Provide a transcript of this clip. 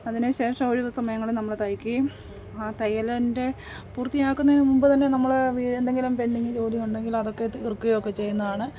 അതിന് ശേഷം ഒഴിവ് സമയങ്ങളിൽ നമ്മൾ തയ്ക്കുവേം ആ തയ്യലിന്റെ പൂർത്തിയാക്കുന്നതിന് മുമ്പ് തന്നെ നമ്മൾ വീ എന്തെങ്കിലും പെൻഡിങ്ങ് ജോലി ഉണ്ടെങ്കിൽ അതൊക്കെ തീർക്കുവൊക്കെ ചെയ്യുന്നതാണ്